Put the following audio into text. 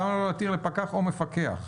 למה לא להתיר לפקח או מפקח?